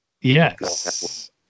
Yes